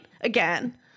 again